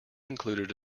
included